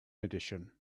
edition